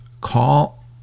call